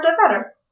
better